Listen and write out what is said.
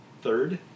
third